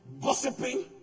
gossiping